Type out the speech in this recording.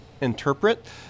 interpret